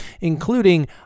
including